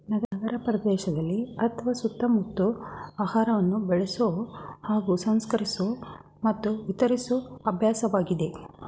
ನಗರಪ್ರದೇಶದಲ್ಲಿ ಅತ್ವ ಸುತ್ತಮುತ್ತ ಆಹಾರವನ್ನು ಬೆಳೆಸೊ ಹಾಗೂ ಸಂಸ್ಕರಿಸೊ ಮತ್ತು ವಿತರಿಸೊ ಅಭ್ಯಾಸವಾಗಿದೆ